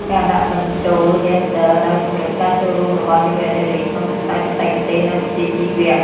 ការដាក់បញ្ចូលយេនឌ័រ ដោយជំរុញការចូលរួមរបស់យុវនារីក្នុងវិស័យបច្ចេកទេស និងវិជ្ជាជីវៈ។